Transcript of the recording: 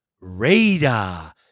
Radar